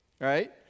right